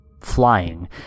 flying